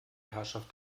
herrschaft